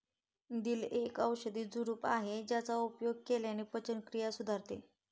दिल एक औषधी झुडूप आहे ज्याचा उपयोग केल्याने पचनक्रिया सुधारते